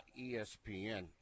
ESPN